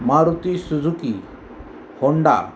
Maruti Suzuki Honda